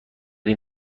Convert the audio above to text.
این